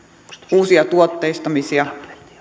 uusia tuotteistamisia